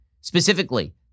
specifically